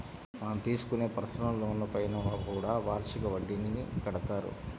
మనం తీసుకునే పర్సనల్ లోన్లపైన కూడా వార్షిక వడ్డీని కడతారు